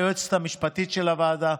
היועצת המשפטית של הוועדה,